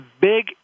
big